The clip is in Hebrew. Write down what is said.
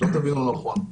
שלא תבינו לא נכון.